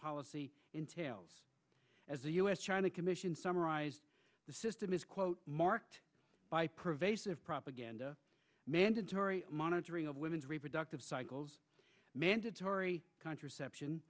policy entails as the u s china commission summarized the system is quote marked by pervasive propaganda mandatory monitoring of women's reproductive cycles mandatory contraception